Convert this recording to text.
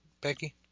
Becky